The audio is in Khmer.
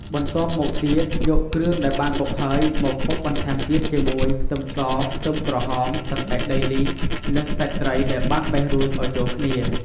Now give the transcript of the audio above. បន្ទាប់មកទៀតយកគ្រឿងដែលបានបុកហើយ មកបុកបន្ថែមទៀតជាមួយ ខ្ទឹមស ខ្ទឹមក្រហម សណ្ដែកដីលីង និងសាច់ត្រីដែលបានបេះរួចឲ្យចូលគ្នា។